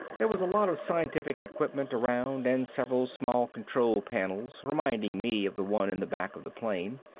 there was a lot of scientific equipment around and several small control panels reminding me of the one in the back of the plane.